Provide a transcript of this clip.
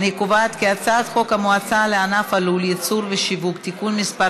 אני קובעת כי הצעת חוק המועצה לענף הלול (ייצור ושיווק) (תיקון מס'